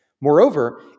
Moreover